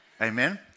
Amen